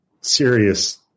serious